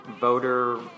voter